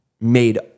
made